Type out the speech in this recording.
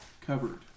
covered